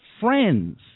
friends